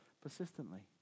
persistently